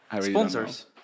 Sponsors